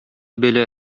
бәла